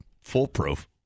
foolproof